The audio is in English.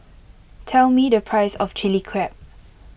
tell me the price of Chilli Crab